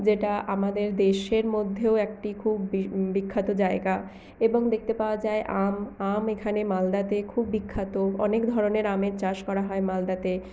যেটা আমাদের দেশের মধ্যেও একটি খুব বিখ্যাত জায়গা এবং দেখতে পাওয়া যায় আম আম এখানে মালদাতে খুব বিখ্যাত অনেক ধরনের আমের চাষ করা হয় মালদাতে